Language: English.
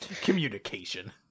Communication